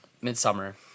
Midsummer